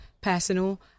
personal